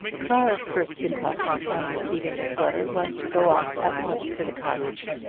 clara's first impulse on receiving this letter was to go off at once to the cottage,